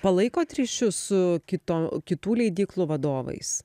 palaikot ryšius su kito kitų leidyklų vadovais